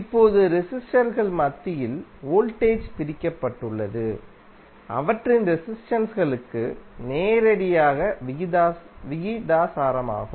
இப்போது ரெசிஸ்டர் கள் மத்தியில் வோல்டேஜ் பிரிக்கப்பட்டுள்ளது அவற்றின் ரெசிஸ்டென்ஸ் களுக்கு நேரடியாக விகிதாசாரமாகும்